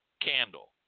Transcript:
candle